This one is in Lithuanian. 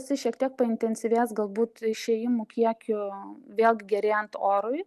jisai šiek tiek paintensyvės galbūt išėjimų kiekiu vėl gerėjant orui